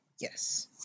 Yes